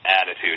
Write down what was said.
attitude